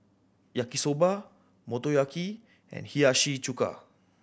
Yaki Soba Motoyaki and Hiyashi Chuka